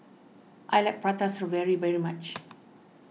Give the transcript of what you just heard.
I like Prata Strawberry very much